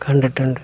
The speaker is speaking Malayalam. കണ്ടിട്ടുണ്ട്